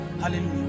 Hallelujah